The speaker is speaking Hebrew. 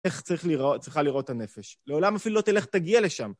איך צריכה לראות את הנפש, לעולם אפילו לא תלך, תגיע לשם.